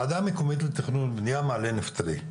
הוועדה המקומית לתכנון ובנייה מעלה נפתלי,